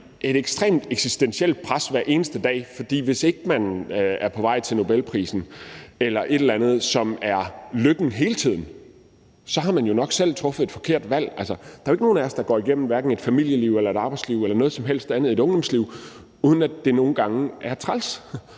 et ekstremt eksistentielt pres hver eneste dag, for hvis ikke man er på vej til Nobelprisen eller et eller andet, som er lykken, hele tiden, så har man jo nok selv truffet et forkert valg. Altså, der er jo ikke nogen af os, der går igennem hverken et familieliv, et arbejdsliv, et ungdomsliv eller noget som helst andet, uden at det nogle gange er træls.